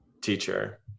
teacher